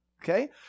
Okay